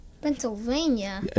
Pennsylvania